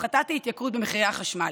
הפחתת ההתייקרות במחירי החשמל: